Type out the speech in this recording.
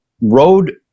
road